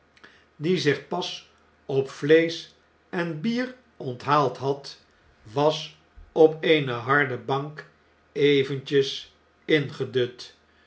die zich pas op vleesch en bier onthaald had was op eene harde bank eventjes ingedut